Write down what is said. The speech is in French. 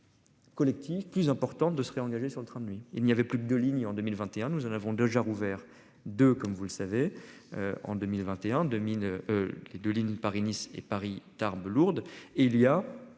Collectif plus importante de se réengager sur le train de nuit, il n'y avait plus de de ligne en 2021, nous en avons déjà rouvert de, comme vous le savez. En 2021 2. Les deux lignes Paris-Nice et Paris-Tarbes-Lourdes et il y a